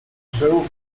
był